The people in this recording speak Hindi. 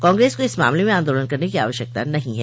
कांग्रेस को इस मामले में आन्दोलन करने की आवश्यकता नहीं है